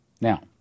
Now